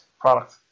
product